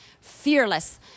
Fearless